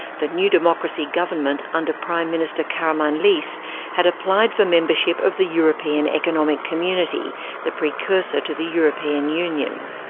the new democracy government under prime minister karamanlis had applied for membership of the european economic community the precursor to the european union.